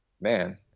man